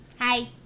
Hi